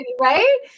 right